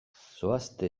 zoazte